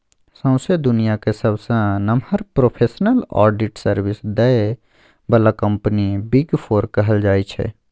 सौंसे दुनियाँक सबसँ नमहर प्रोफेसनल आडिट सर्विस दय बला कंपनी बिग फोर कहल जाइ छै